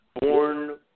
born